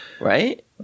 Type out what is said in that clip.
Right